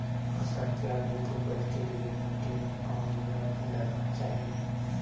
फसल के अधिक उपज के लिए मिट्टी मे कौन उर्वरक डलना चाइए?